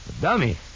Dummy